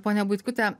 ponia butkute